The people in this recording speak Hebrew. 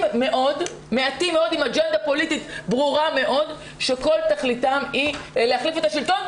מאוד עם אג'נדה פוליטית ברורה מאוד שכל תכליתם היא להחליף את השלטון,